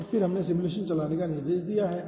और फिर हमने सिमुलेशन चलाने का निर्देश दिया है